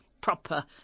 proper